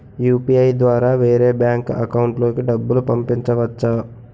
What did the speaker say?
UPI ద్వారా వేరే bank account లోకి డబ్బులు పంపించవచ్చా?